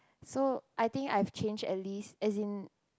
so I think I have change at least as in